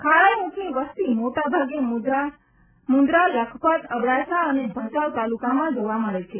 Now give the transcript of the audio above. ખારાઈ ઊંટની વસતિ મોટાભાગે મુંદ્રા લખપત અબડાસા અને ભચાઉ તાલુકામાં જોવા મળે છે